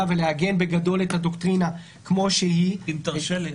ולעגן את הדוקטרינה כמו שהיא --- אם תרשה לי,